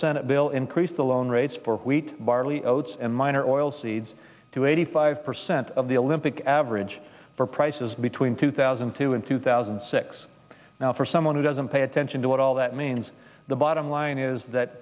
senate bill increased the loan rates for wheat barley oats and miner oilseeds to eighty five percent of the olympic average for prices between two thousand and two and two thousand and six now for someone who doesn't pay attention to what all that means the bottom line is that